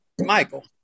michael